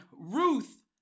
Ruth